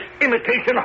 Imitation